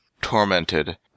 tormented